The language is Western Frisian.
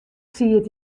siet